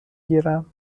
گیرم